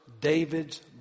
David's